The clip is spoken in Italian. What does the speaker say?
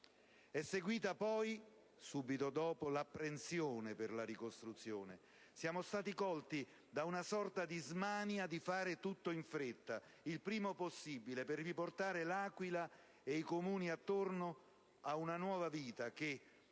È seguita poi, subito dopo, l'apprensione per la ricostruzione: siamo stati colti da una sorta di smania di fare tutto in fretta, il prima possibile, per riportare L'Aquila ed i comuni intorno ad una nuova vita che,